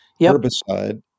herbicide